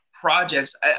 projects